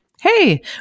hey